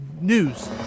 news